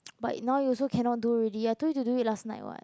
but now you also cannot do really I told you to do it last night [what]